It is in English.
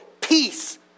peace